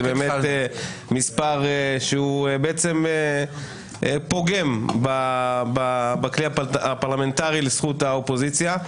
זה באמת מספר שהוא בעצם פוגם בכלי הפרלמנטרי לזכות האופוזיציה.